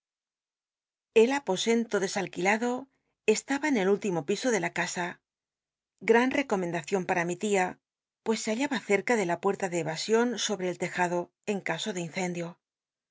el aposento desalquilado estaba en el último piso de la casa gran recomendacion pa ta mi tia pues se hallaba cerca de la puerta de cvasion sobre el tejado en caso de incendio